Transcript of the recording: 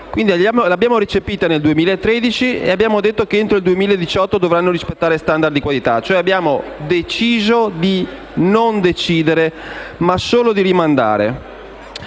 la direttiva del 2013 e abbiamo detto che entro il 2018 si dovranno rispettare gli *standard* di qualità: abbiamo deciso di non decidere, ma solo di rimandare.